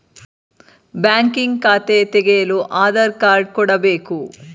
banking ಖಾತೆ ತೆಗೆಯಲು Aadhaar card ಕೊಡಬೇಕು